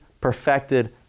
perfected